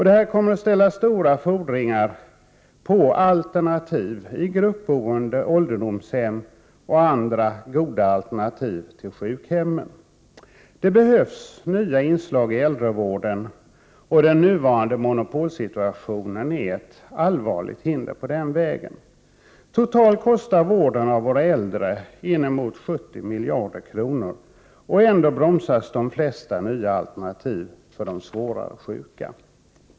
Det kommer att ställas stora krav på alternativ — gruppboende, ålderdomshem och andra goda alternativ till sjukhemmen. Det behövs nya inslag i äldrevården, och den nuvarande monopolsituationen är ett allvarligt hinder på den vägen. Totalt kostar vården av våra äldre inemot 70 miljarder kronor. Och ändå bromsas de flesta nya alternativ för de svårare sjuka.